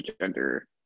gender-